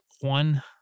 one